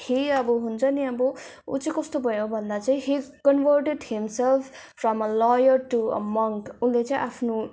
है अब हुन्छ नि अब ऊ चाहिँ कस्तो भयो भन्दा चाहिँ ही converted himself from a liar to a monk उसले चाहिँ आफ्नो